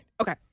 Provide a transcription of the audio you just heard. Okay